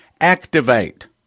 Activate